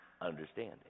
understanding